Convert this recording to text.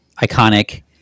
iconic